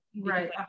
Right